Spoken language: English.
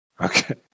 Okay